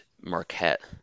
marquette